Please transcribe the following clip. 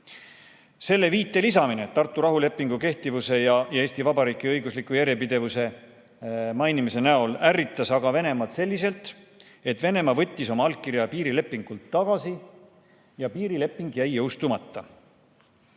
Selle viite lisamine Tartu rahulepingu kehtivuse ja Eesti Vabariigi õigusliku järjepidevuse mainimise näol ärritas aga Venemaad selliselt, et Venemaa võttis oma allkirja piirilepingult tagasi ja piirileping jäi jõustumata.